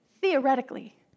theoretically